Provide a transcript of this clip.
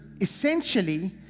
essentially